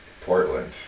Portland